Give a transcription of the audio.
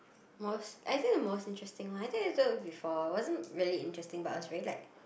most I think the most interesting one I think I told you before wasn't really interesting but I was very like